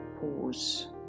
pause